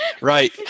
Right